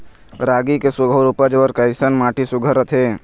रागी के सुघ्घर उपज बर कैसन माटी सुघ्घर रथे?